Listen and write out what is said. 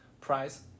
price